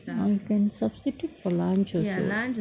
but can substitute for lunch also